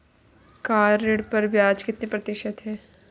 Car ऋण पर ब्याज कितने प्रतिशत है?